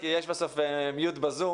כי יש בסוף mute בזום,